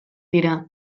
dira